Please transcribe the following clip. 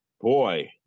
Boy